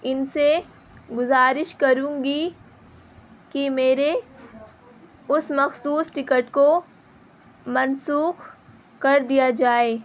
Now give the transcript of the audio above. ان سے گزارش کروں گی کہ میرے اس مخصوص ٹکٹ کو منسوخ کر دیا جائے